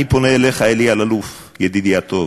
אני פונה אליך, אלי אלאלוף ידידי הטוב,